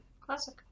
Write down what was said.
Classic